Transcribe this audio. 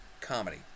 comedy